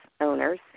owners